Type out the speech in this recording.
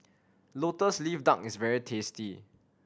Lotus Leaf Duck is very tasty